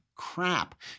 crap